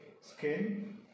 skin